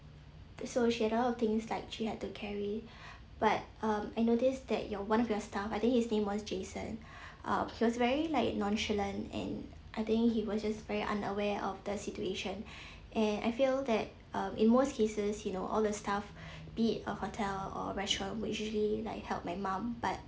so she had a lot of things like she had to carry but um I noticed that your one of your staff I think his name was jason uh he was very like nonchalant and I think he was just very unaware of the situation and I feel that uh in most cases you know all the staff be it a hotel or restaurant will usually like help my mum but